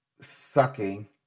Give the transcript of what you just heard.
sucking